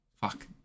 fuck